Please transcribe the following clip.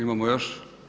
Imamo još?